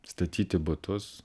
statyti butus